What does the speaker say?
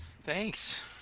Thanks